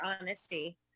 honesty